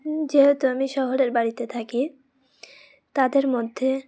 যেহেতু আমি শহরের বাড়িতে থাকি তাদের মধ্যে